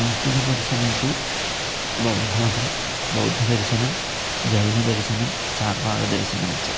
नास्तिकदर्शने तु बौद्धमतं बौद्धदर्शनं जैनदर्शनं चार्वाकदर्शनं च